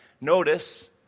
Notice